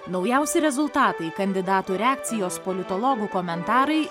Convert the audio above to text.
naujausi rezultatai kandidatų reakcijos politologų komentarai